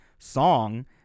Song